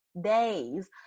days